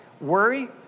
worry